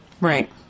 Right